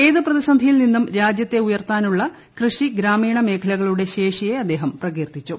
ഏതു പ്രതിസന്ധിയിൽ നിന്നും രാജ്യത്തെ ഉയർത്താനുള്ള കൃഷി ഗ്രാമീണ മേഖലകളുടെ ശേഷിയെ അദ്ദേഹം പ്രകീർത്തിച്ചു